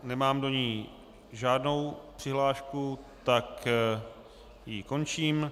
Nemám do ní žádnou přihlášku, tak ji končím.